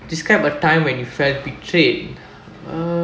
describe a time when you felt betrayed uh